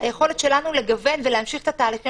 היכולת שלנו לגוון ולהמשיך את התהליכים